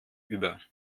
über